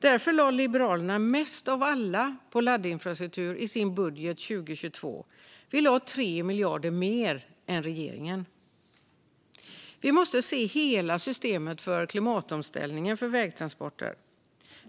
Därför lade Liberalerna mest av alla på laddinfrastruktur i sin budget för 2022. Vi lade 3 miljarder mer än regeringen. Vi måste se hela systemet för klimatomställningen för vägtransporter.